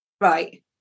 right